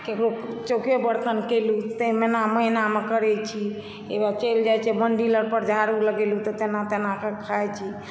ककरो चौके बर्तन कयलहुँ तैं महीना महीनामे करै छी एक बेर चलि जाइ छी मन्दिरपर तऽ झाड़ू लगेलहुँ तऽ तेना तेनाके खाइ छी